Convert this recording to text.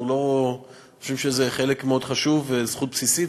אנחנו חושבים שזה חלק מאוד חשוב וזכות בסיסית,